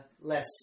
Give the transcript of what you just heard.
less